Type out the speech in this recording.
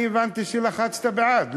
אני הבנתי שלחצת בעד,